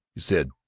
he said,